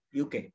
UK